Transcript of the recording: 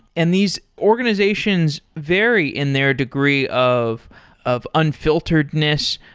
and these organizations vary in their degree of of unfilteredness,